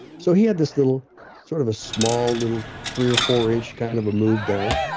so, he had this little sort of a small little three or fourinch kind of a move down.